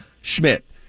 Schmidt